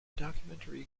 documentary